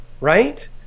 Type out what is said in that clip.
right